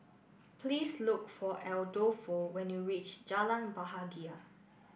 please look for Adolfo when you reach Jalan Bahagia